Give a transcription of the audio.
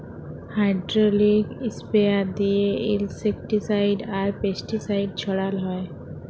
hydraulic sprayer দিঁয়ে insecticide আর pesticide ছড়াল হ্যয়